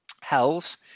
Hells